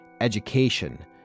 education